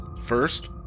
First